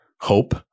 hope